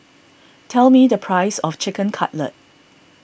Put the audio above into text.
tell me the price of Chicken Cutlet